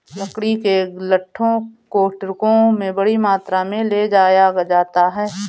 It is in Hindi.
लकड़ी के लट्ठों को ट्रकों में बड़ी मात्रा में ले जाया जाता है